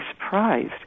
surprised